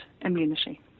immunity